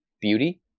Beauty